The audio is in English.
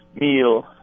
meal